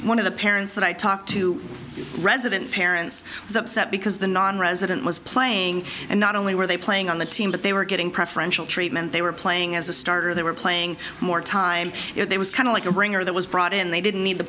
one of the parents that i talked to the resident parents was upset because the nonresident was playing and not only were they playing on the team but they were getting preferential treatment they were playing as a starter they were playing more time if there was kind of like a ringer that was brought in they didn't meet the